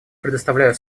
предоставлю